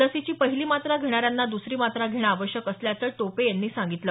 लसीची पहिली मात्रा घेणाऱ्यांना दसरी मात्रा घेणं आवश्यक असल्याचं टोपे यांनी सांगितलं